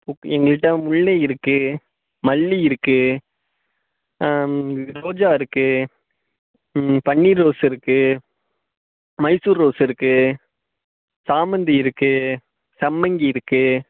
okay எங்கள்கிட்ட முல்லை இருக்குது மல்லிகை இருக்குது ரோஜா இருக்குது பன்னீர் ரோஸ் இருக்குது மைசூர் ரோஸ் இருக்குது சாமந்தி இருக்குது சம்மங்கி இருக்குது